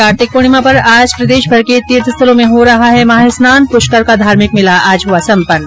कार्तिक पूर्णिमा पर आज प्रदेशमर के तीर्थस्थलों में हो रहा है महास्नान पुष्कर का धार्मिक मेला आज हुआ संपन्न